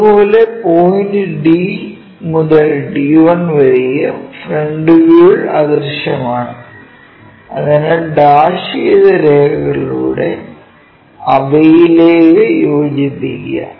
അതുപോലെ point D മുതൽ D1 വരെയും ഫ്രന്റ് വ്യൂവിൽ അദൃശ്യമാണ് അതിനാൽ ഡാഷ് ചെയ്ത രേഖകളിലൂടെ അവയുമായി യോജിപ്പിക്കുക